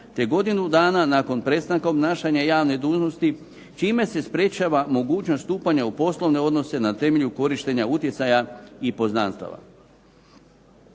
te godinu dana nakon prestanka obnašanja javne dužnosti čime se sprečava mogućnost stupanja u poslovne odnose na temelju korištenja utjecaja i poznanstava.